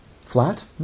Flat